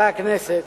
חברי הכנסת,